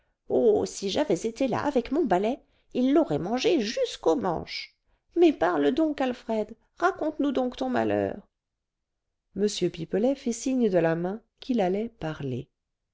oh si j'avais été là avec mon balai il l'aurait mangé jusqu'au manche mais parle donc alfred raconte-nous donc ton malheur m pipelet fit signe de la main qu'il allait parler